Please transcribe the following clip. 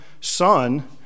son